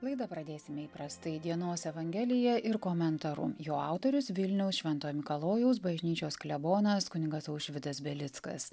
laidą pradėsime įprastai dienos evangelija ir komentaru jo autorius vilniaus šventojo mikalojaus bažnyčios klebonas kunigas aušvidas belickas